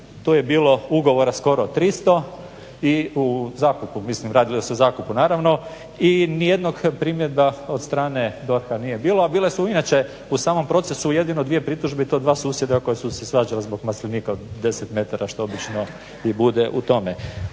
To je bilo ugovora skoro 300 i u zakupu, mislim radilo se o zakupu naravno i ni jednog primjedba od strane DORH-a nije bilo, a bile su inače u samom procesu jedino dvije pritužbe i to dva susjeda koja su se svađala zbog maslinika od 10 metara što obično i bude u tome.